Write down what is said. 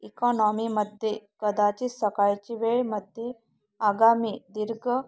economy मध्ये कदाचित सकाळची वेळेमध्ये आगामी दीर्घ